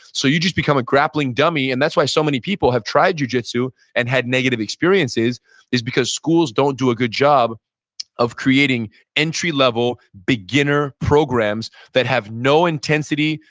so you just become a grappling dummy. and that's why so many people have tried jujitsu and had negative experiences is because schools don't do a good job of creating entry level beginner programs that have no intensity,